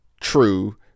true